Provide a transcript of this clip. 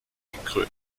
gekrönt